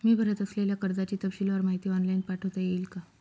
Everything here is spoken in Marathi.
मी भरत असलेल्या कर्जाची तपशीलवार माहिती ऑनलाइन पाठवता येईल का?